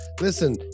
Listen